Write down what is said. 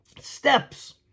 steps